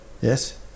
yes